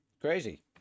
crazy